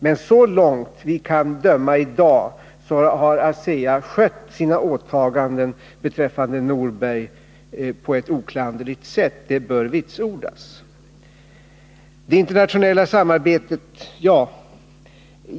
Men såvitt vi kan se i dag har ASEA skött sina åtaganden beträffande Norberg på ett oklanderligt sätt, det bör betonas. Sedan till det internationella samarbetet.